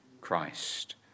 Christ